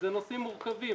ואלה נושאים מורכבים.